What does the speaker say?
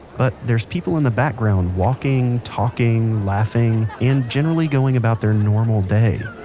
but there's people in the background walking, talking, laughing, and generally going about their normal day.